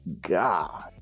God